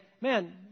man